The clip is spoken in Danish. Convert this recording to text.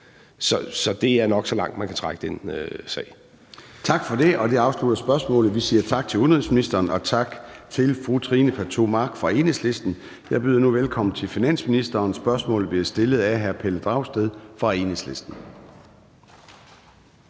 Så det er nok så langt, man kan trække den sag. Kl. 13:17 Formanden (Søren Gade): Tak for det. Og det afslutter spørgsmålet. Vi siger tak til udenrigsministeren og tak til fru Trine Pertou Mach fra Enhedslisten. Jeg byder nu velkommen til finansministeren, og spørgsmålet bliver stillet af hr. Pelle Dragsted fra Enhedslisten.